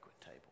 table